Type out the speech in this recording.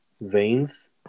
veins